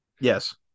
Yes